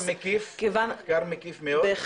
מחקר מקיף מאוד.